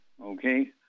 Okay